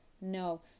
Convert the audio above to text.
no